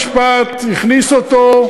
שבית-המשפט הכניס אותו,